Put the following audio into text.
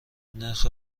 نرخ